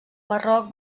marroc